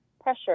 pressure